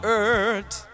earth